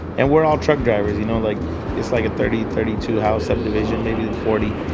and we're all truck drivers, you know. like it's like a thirty, thirty-two house subdivision, maybe forty.